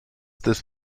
des